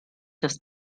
das